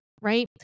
right